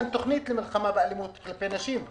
אין תוכנית למלחמה באלימות כלפי נשים,